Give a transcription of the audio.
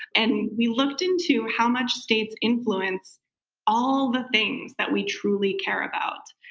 and we looked into how much states influence all the things that we truly care about.